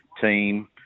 team